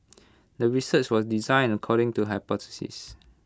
the research was designed according to hypothesis